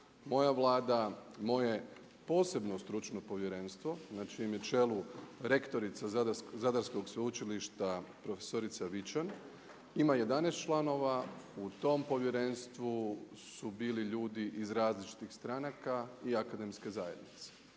moja Vlada moje posebno stručno povjerenstvo na čijem je čelu rektorica Zadarskog sveučilišta profesorica Vičan, ima 11 članova. U tom povjerenstvu su bili ljudi iz različitih stranaka i akademske zajednice